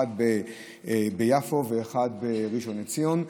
אחד ביפו ואחד בראשון לציון,